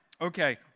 okay